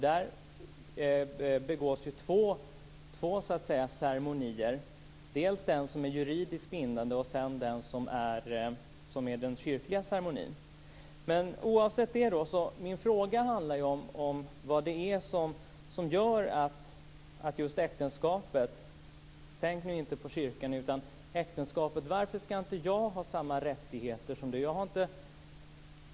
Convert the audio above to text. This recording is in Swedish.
Det begås ju två ceremonier, dels den som är juridiskt bindande, dels den som är den kyrkliga ceremonin. Oavsett det handlar min fråga om just äktenskapet - tänk nu inte på kyrkan. Varför skall inte jag ha samma rättigheter som Viviann?